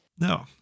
No